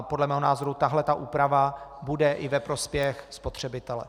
Podle mého názoru tahle ta úprava bude i ve prospěch spotřebitele.